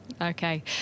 Okay